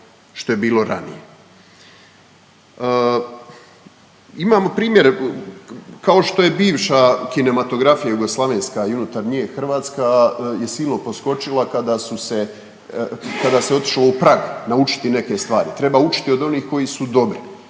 što je bilo ranije. Imamo primjer kao što je bivša kinematografija jugoslavenska i unutar nje je hrvatska je silno poskočila kada se otišlo u Prag naučiti neke stvari. Treba učiti od onih koji su dobri.